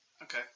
Okay